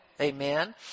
Amen